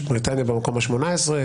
בריטניה במקום ה-18,